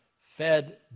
fed